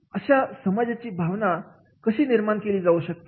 अशा समाजाची भावना निर्माण केली जाऊ शकते